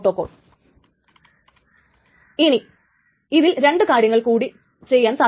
അപ്പോൾ ഒന്നും കൂടെ ഇതാണ് x ൽ എഴുതിയിരിക്കുന്ന ഏറ്റവും വലിയ ടൈംസ്റ്റാമ്പ്